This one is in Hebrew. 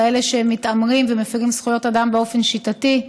כאלה שמתעמרים ומפירים זכויות אדם באופן שיטתי.